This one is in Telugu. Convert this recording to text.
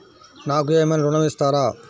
నాకు ఏమైనా ఋణం ఇస్తారా?